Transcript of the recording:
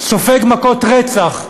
סופג מכות רצח,